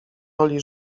roli